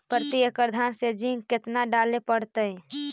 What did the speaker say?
प्रती एकड़ धान मे जिंक कतना डाले पड़ताई?